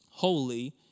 holy